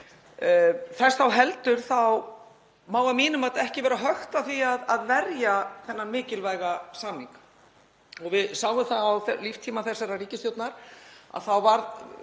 Þess þá heldur má að mínu mati ekki vera hökt á því að verja þennan mikilvæga samning. Við sáum á líftíma þessarar ríkisstjórnar að það varð